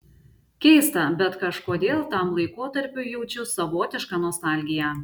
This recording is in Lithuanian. keista bet kažkodėl tam laikotarpiui jaučiu savotišką nostalgiją